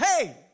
Hey